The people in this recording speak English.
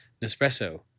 Nespresso